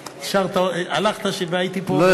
הלכת כשהייתי פה,